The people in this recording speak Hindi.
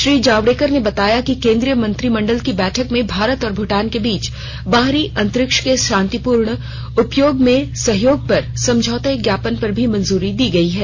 श्री जावड़ेकर ने बताया कि केंद्रीय मंत्रिमंडल की बैठक में भारत और भूटान के बीच बाहरी अंतरिक्ष के शांतिपूर्ण उपयोग में सहयोग पर समझौता ज्ञापन को भी मंजूरी दी गयी है